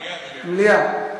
מליאה, מליאה.